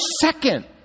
second